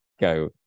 go